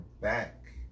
back